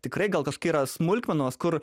tikrai gal kažkokia yra smulkmenos kur